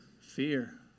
Fear